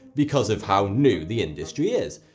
because of how new the industry is.